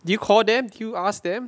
did you call them did you ask them